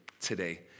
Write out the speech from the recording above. today